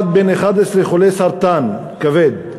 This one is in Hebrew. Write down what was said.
אחד בן 11 חולה סרטן כבד,